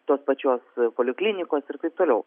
tos pačios poliklinikos ir taip toliau